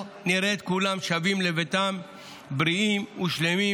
נראה את כולם שבים לביתם בריאים ושלמים,